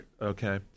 Okay